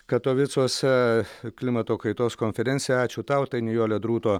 katovicuose klimato kaitos konferencija ačiū tau tai nijolė drūto